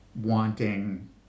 wanting